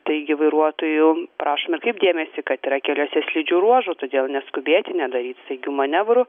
taigi vairuotojų prašome atkreipt dėmesį kad yra keliuose slidžių ruožų todėl neskubėti nedaryti staigių manevrų